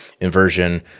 inversion